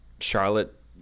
Charlotte